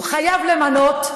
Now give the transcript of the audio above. שהוא חייב למנות,